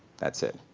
that's it.